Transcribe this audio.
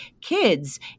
kids